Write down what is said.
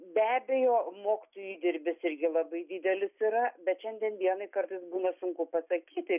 be abejo moktojų įdirbis irgi labai didelis yra bet šiandien dienai kartais būna sunku pasakyti